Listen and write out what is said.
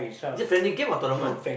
is it friendly game or tournament